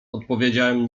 odpowiedziałem